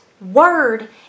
word